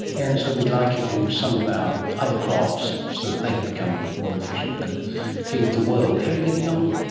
and so we'd like it in some of our other crops so that they can become more efficient and feed the world. how are you getting on?